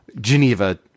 Geneva